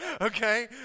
okay